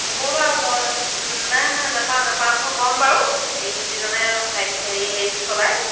হ'ব বাৰু মই নাই নাই নাপাওঁ নাপাওঁ মই ক'ম বাৰু এই যিজনে হেৰি হেৰিটো চলাই